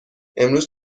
امروز